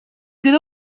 could